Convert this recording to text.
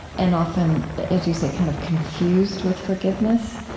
and often, as you say, kind of confused with forgiveness.